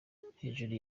hejuru